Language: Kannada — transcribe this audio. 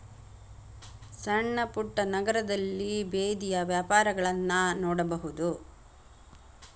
ಸಣ್ಣಪುಟ್ಟ ನಗರದಲ್ಲಿ ಬೇದಿಯ ವ್ಯಾಪಾರಗಳನ್ನಾ ನೋಡಬಹುದು